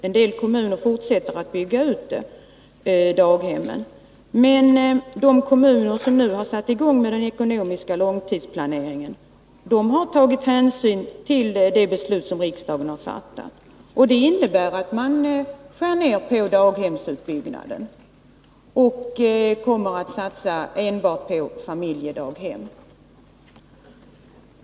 Vissa kommuner fortsätter att bygga ut daghemmen, men de kommuner som nu har satt i gång med den ekonomiska långtidsplaneringen har tagit hänsyn till det beslut som riksdagen har fattat. Detta innebär att man skär ned på daghemsutbyggnaden och satsar på enbart familjedaghem.